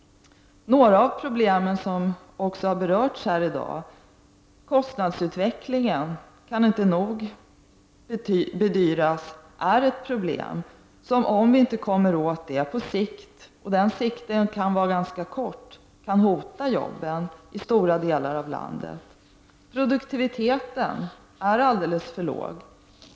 Några av dessa problem har också berörts här i dag. Man kan inte nog bedyra att t.ex. kostnadsutvecklingen är ett problem. Om vi inte kommer åt detta problem kan det på sikt — och det kan röra sig om en ganska kort tid — hota jobben i stora delar av landet. Produktiviteten är alldeles för låg.